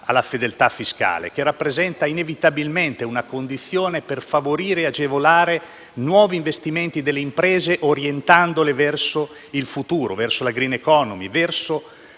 alla fedeltà fiscale, che rappresenta inevitabilmente una condizione per favorire e agevolare nuovi investimenti delle imprese, orientandole verso il futuro, la *green economy* e